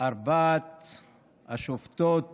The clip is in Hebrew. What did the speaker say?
ארבע השופטות